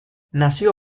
nazio